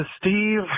Steve